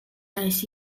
aeth